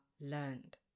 learned